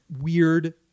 weird